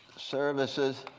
services?